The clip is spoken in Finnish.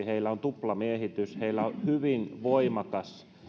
heillä on tuplamiehitys heillä on hyvin voimakas